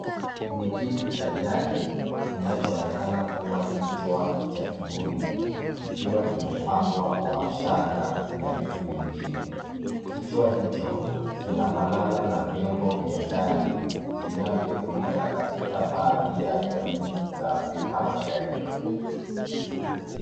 Ni kitu cha jadi, kinachoonekana kua kichwa cha kibuyu, kikiwa kimepambwa kwa shanga na vitu vingine. Kichwa hicho kinafanana na vyombo vya jadi, vinavyotumika katika baadhi ya jamii za Afrika mashariki.